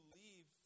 leave